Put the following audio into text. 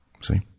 See